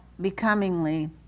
becomingly